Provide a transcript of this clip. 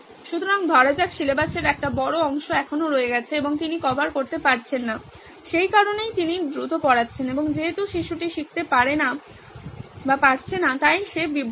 সুতরাং ধরা যাক সিলেবাসের একটি বড় অংশ এখনও রয়ে গেছে এবং তিনি কভার করতে পারছেন না সে কারণেই তিনি দ্রুত পড়াচ্ছেন এবং যেহেতু শিশুটি শিখতে পারে না তাই শিশুটি বিভ্রান্ত